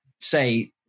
say